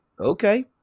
okay